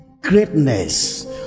greatness